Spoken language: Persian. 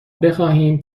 بخواهیم